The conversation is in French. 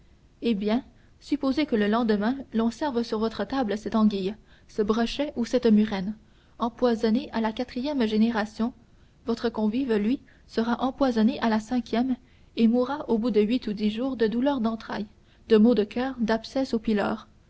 eh bien supposez que le lendemain l'on serve sur votre table cette anguille ce brochet ou cette murène empoisonnés à la quatrième génération votre convive lui sera empoisonné à la cinquième et mourra au bout de huit ou dix jours de douleurs d'entrailles de maux de coeur